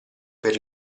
per